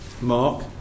mark